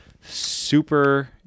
super